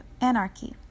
anarchy